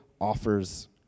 offers